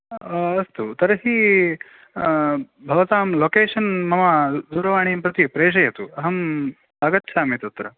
अस्तु तर्हि भवतां लोकेषन् मम दूरवाणिं प्रति प्रेशयतु अहम् आगच्छामि तत्र